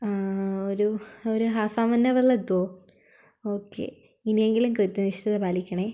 ഒരു ഒരു half an ഹവറിൽ എത്തുവോ ഓക്കെ ഇനിയെങ്കിലും കൃത്യനിഷ്ഠത പാലിക്കണേ